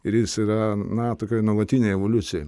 ir jis yra na tokioj nuolatinėj evoliucijoj